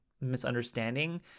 misunderstanding